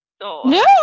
No